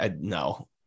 no